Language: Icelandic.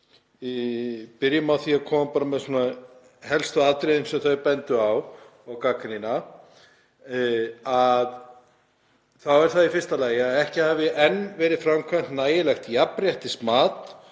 við byrjum á því að koma með helstu atriðin sem samtökin benda á og gagnrýna þá er það í fyrsta lagi að enn hafi ekki verið framkvæmt nægilegt jafnréttismat